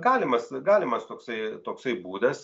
galimas galimas toksai toksai būdas